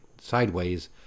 sideways